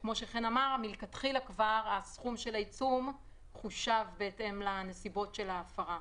שמלכתחילה הסכום של העיצום חושב בהתאם לנסיבות של ההפרה.